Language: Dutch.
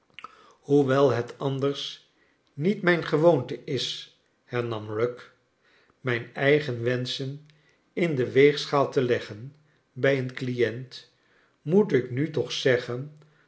hoewel het anders niet mijn gewoonte is hernam rugg mijn eigen wenschen in de weegschaal te leggen bij een client moet ik nu toch zeggen